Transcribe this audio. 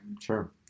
Sure